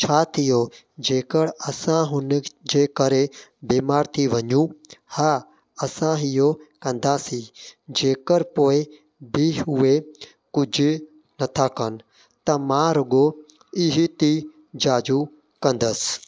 छा थी वियो जेकरि असां हुनजे करे बीमार थी वञूं हा असां ईओ कंदासीं जेकरि पोइ बि उहे कुझ नथा कनि त मां रुॻो ईही टी जाचूं कंदसि